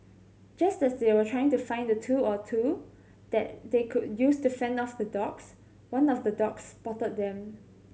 just as they were trying to find a tool or two that they could use to fend off the dogs one of the dogs spotted them